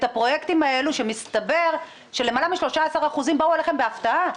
הפרויקטים האלה שמסתבר שלמעלה מ-13% באו אליכם בהפתעה?